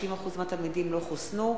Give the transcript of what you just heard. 30% מהתלמידים לא חוסנו,